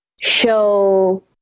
show